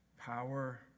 power